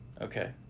Okay